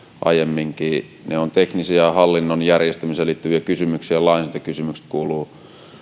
aiemminkin ne ovat teknisiä ja hallinnon järjestämiseen liittyviä kysymyksiä lainsäädäntökysymykset kuuluvat